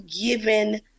given